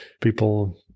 people